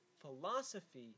philosophy –